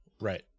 Right